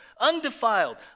undefiled